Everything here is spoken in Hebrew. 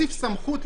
בסמכותך,